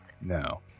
No